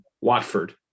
Watford